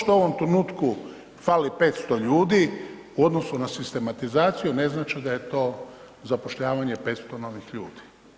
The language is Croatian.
To što u ovom trenutku fali 500 ljudi u odnosu na sistematizaciju ne znači da je to zapošljavanje 500 novih ljudi.